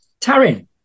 Taryn